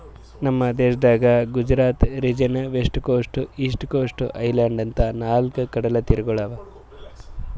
ನಮ್ ದೇಶದಾಗ್ Gujarat region, west coast, east coast, island ಅಂತಾ ನಾಲ್ಕ್ ಕಡಲತೀರಗೊಳ್ ಅವಾ